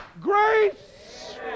Grace